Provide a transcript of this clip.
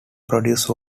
produce